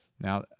Now